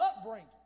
upbringing